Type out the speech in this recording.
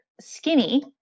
skinny